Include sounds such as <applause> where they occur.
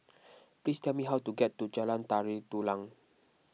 <noise> please tell me how to get to Jalan Tari Dulang